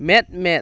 ᱢᱮᱸᱫ ᱢᱮᱸᱫ